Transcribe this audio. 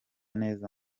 neza